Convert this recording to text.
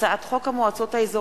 הצעת חוק הבטחת הכנסה (תיקון מס' 37),